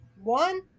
One